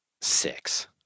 six